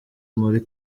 muri